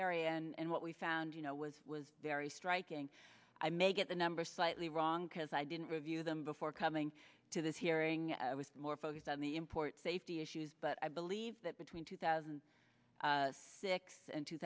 area and what we found you know was was very striking i may get the number slightly wrong because i didn't review them before coming to this hearing i was more focused on the import safety issues but i believe that between two thousand and six and two